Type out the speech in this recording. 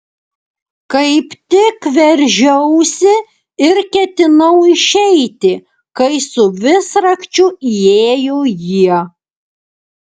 kaip tik veržiausi ir ketinau išeiti kai su visrakčiu įėjo jie